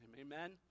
Amen